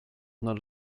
not